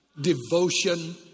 devotion